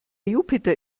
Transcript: jupiter